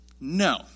No